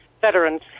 veterans